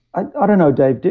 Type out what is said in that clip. and don't know, dave.